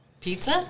Pizza